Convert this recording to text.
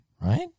Right